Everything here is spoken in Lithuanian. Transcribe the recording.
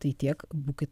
tai tiek būkit